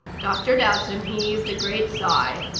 dr. dowson heaved a great sigh.